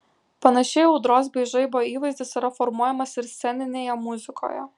panašiai audros bei žaibo įvaizdis yra formuojamas ir sceninėje muzikoje